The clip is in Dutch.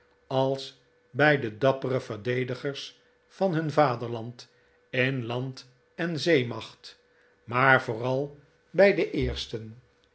als bij de dappere verdedigers van hun vaderland in land en zeeinacht maar vooral bij de eersten